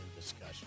discussion